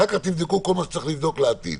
אחר כך תבדקו כל מה שצריך לבדוק לעתיד.